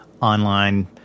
online